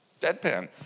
Deadpan